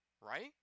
Right